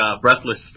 Breathless